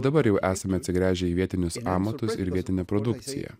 dabar jau esame atsigręžę į vietinius amatus ir vietinę produkciją